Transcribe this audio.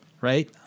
right